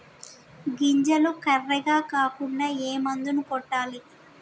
గింజలు కర్రెగ కాకుండా ఏ మందును కొట్టాలి?